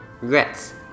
Regrets